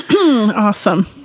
awesome